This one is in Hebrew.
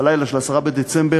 בלילה של 10 בדצמבר,